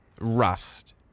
rust